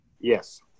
Yes